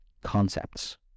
Concepts